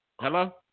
Hello